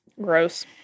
Gross